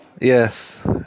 Yes